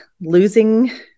losing